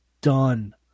done